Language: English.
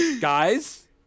Guys